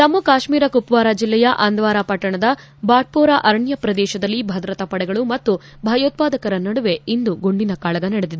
ಜಮ್ಗು ಕಾಶ್ಮೀರ ಕುಪ್ವಾರ ಜಿಲ್ಲೆಯ ಅಂದ್ವಾರ ಪಟ್ಟಣದ ಬಾಟ್ಮೋರಾ ಅರಣ್ಯ ಪ್ರದೇಶದಲ್ಲಿ ಭದ್ರತಾಪಡೆಗಳು ಮತ್ತು ಭಯೋತ್ಪಾದಕರ ನಡುವೆ ಇಂದು ಗುಂಡಿನ ಕಾಳಗ ನಡೆದಿದೆ